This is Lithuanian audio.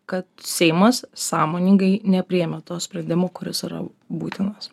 kad seimas sąmoningai nepriėmė to sprendimo kuris yra būtinas